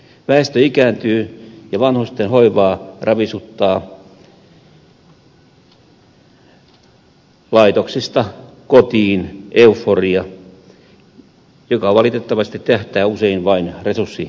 väestö ikääntyy ja vanhustenhoivaa ravisuttaa laitoksista kotiin euforia joka valitettavasti tähtää usein vain resurssisäästöihin